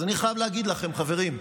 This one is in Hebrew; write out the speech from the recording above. אז אני חייב להגיד לכם, חברים: